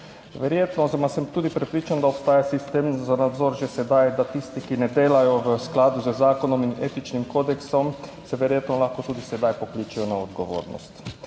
Verjetno oziroma sem tudi prepričan, da obstaja sistem za nadzor že sedaj, da tisti, ki ne delajo v skladu z zakonom in etičnim kodeksom se verjetno lahko tudi sedaj pokličejo na odgovornost.